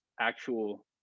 actual